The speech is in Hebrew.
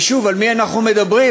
ושוב, על מי אנחנו מדברים?